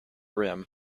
rim